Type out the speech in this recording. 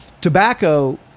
Tobacco